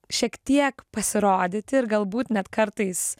šiek tiek pasirodyti ir galbūt net kartais